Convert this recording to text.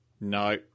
No